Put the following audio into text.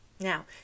Now